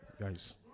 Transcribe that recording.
Guys